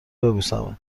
ببوسمت